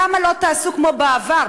למה לא תעשו כמו בעבר,